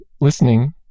listening